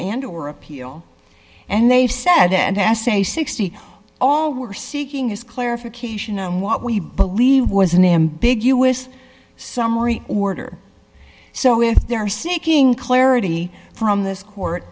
and or appeal and they said and i say sixty all we're seeking his clarification on what we believe was an ambiguous summary order so if they are seeking clarity from this court